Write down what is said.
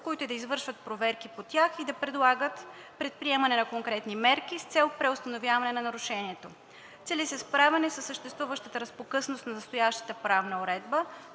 които да извършват проверка по тях и да предлагат предприемане на конкретни мерки с цел преустановяване на нарушението. Цели се справяне със съществуващата разпокъсаност на настоящата правна уредба